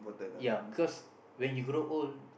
ya because when you grow old